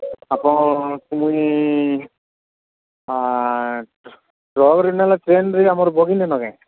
ଆପଣଙ୍କୁ ମୁଇଁ ଟ୍ରକ୍ରେ ନେଲେ ଟ୍ରେନ୍ରେ ବି ଆମର ବଗି ନାଇଁନ କେଁ